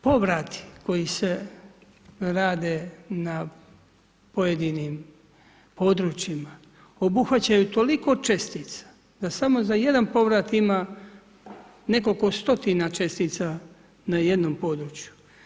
Povrat koji se rade na pojedinim područjima obuhvaćaju toliko čestica da samo za jedan povrat ima nekoliko stotina čestina na jednom području.